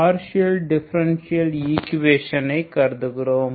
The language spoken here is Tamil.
பார்ஷியல் டிபரன்சியல் ஈக்குவேஷன்களை கருதுகிறோம்